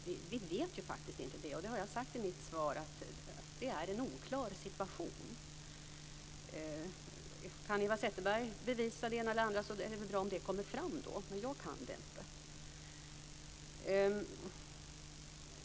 Vi vet ju faktiskt inte det, och jag har sagt i mitt svar att det är en oklar situation. Kan Eva Zetterberg bevisa det ena eller det andra så är det väl bra om det kommer fram, men jag kan det inte.